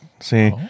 See